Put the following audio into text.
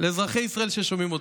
לאזרחי ישראל ששומעים אותי.